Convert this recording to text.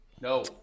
no